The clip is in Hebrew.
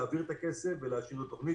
להעביר את הכסף ולהשאיר את התוכנית,